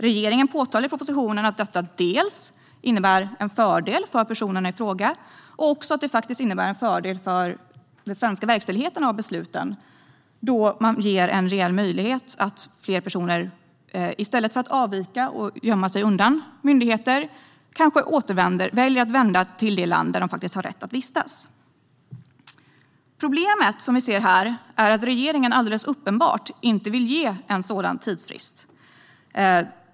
Regeringen påpekar i propositionen att detta innebär en fördel dels för personerna i fråga, dels för den svenska verkställigheten av besluten, då man ger en reell möjlighet för fler personer att välja att återvända till det land där de faktiskt har rätt att vistas i stället för att avvika och gömma sig undan myndigheterna. Det problem som vi har här är att regeringen alldeles uppenbart inte vill ge en sådan tidsfrist.